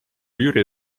jüri